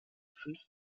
fünf